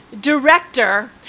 director